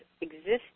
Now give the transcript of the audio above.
existing